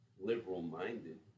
liberal-minded